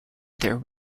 their